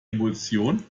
emulsion